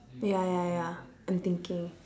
ya ya ya I'm thinking